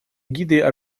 эгидой